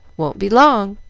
won't be long